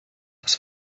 das